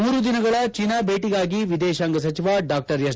ಮೂರು ದಿನಗಳ ಚೀನಾ ಭೇಟಿಗಾಗಿ ವಿದೇಶಾಂಗ ಸಚಿವ ಡಾ ಎಸ್